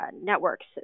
networks